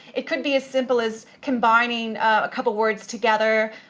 it could be as simple as combining a couple of words together,